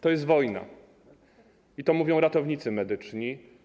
To jest wojna i to mówią ratownicy medyczni.